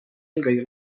eelkõige